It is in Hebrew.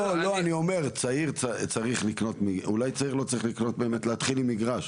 לא, אני אומר, אולי צעיר לא צריך להתחיל עם מגרש.